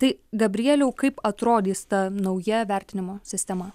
tai gabrieliau kaip atrodys ta nauja vertinimo sistema